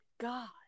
God